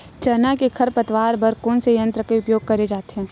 चना के खरपतवार बर कोन से यंत्र के उपयोग करे जाथे?